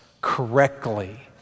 correctly